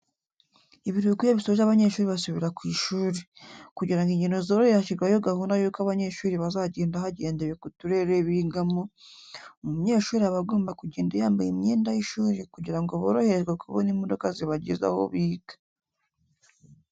Ibiruhuko iyo bisoje abanyeshuri basubira ku ishuri, kugira ngo ingendo zorohe hashyirwaho gahunda y'uko abanyeshuri bazagenda hagendewe ku turere bigamo, umunyeshuri aba agomba kugenda yambaye imyenda y'ishuri kugira ngo boroherezwe kubona imodoka zibageza aho biga.